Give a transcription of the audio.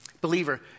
Believer